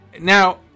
now